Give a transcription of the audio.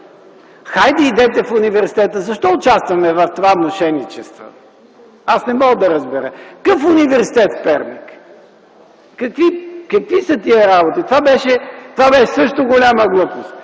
Хайде, идете в университета! Защо участваме в това мошеничество, аз не мога да разбера?! Какъв университет в Перник?! Какви са тези работи?! Това беше също голяма глупост.